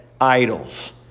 idols